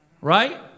Right